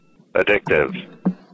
addictive